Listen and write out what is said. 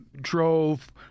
drove